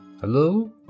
Hello